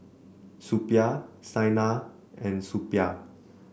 Suppiah Saina and Suppiah